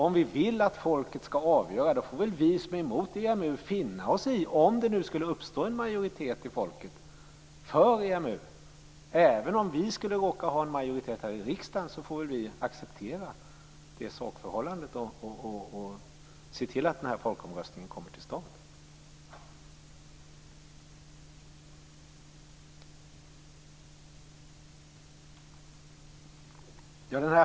Om vi vill att folket skall avgöra får väl vi som är emot EMU - om det skulle uppstå en majoritet bland folket för EMU, även om vi skulle råka ha en majoritet här i riksdagen - acceptera det sakförhållandet och se till att en folkomröstning kommer till stånd.